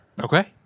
Okay